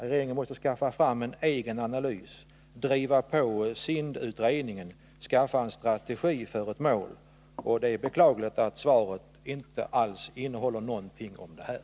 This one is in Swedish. Regeringen måste skaffa fram en egen analys, driva på SIND-utredningen och skaffa en strategi för ett mål. Det är beklagligt att svaret inte alls innehåller något om detta.